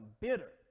bitter